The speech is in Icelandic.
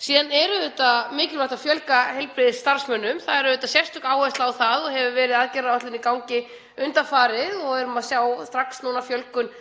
Síðan er auðvitað mikilvægt að fjölga heilbrigðisstarfsmönnum. Það er sérstök áhersla á það og hefur verið aðgerðaáætlun í gangi undanfarið. Við erum strax í haust að sjá fjölgun